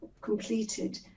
completed